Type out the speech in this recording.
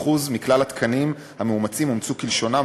כ-30% מכלל התקנים המאומצים אומצו כלשונם,